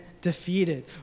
defeated